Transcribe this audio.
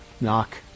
knock